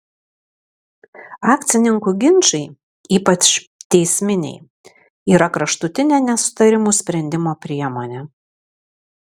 akcininkų ginčai ypač teisminiai yra kraštutinė nesutarimų sprendimo priemonė